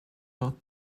both